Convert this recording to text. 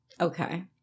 Okay